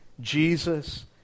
Jesus